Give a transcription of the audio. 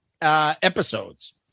episodes